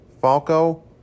Falco